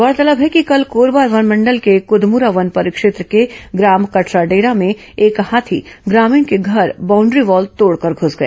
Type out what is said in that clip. गौरतलब है कि कैल कोरबा वनमंडल के कुदमुरा वन परिक्षेत्र के ग्राम कठराडेरा में एक हाथी ग्रामीण के घर बाउंड्रीवॉल को तोड़कर घ्रस गया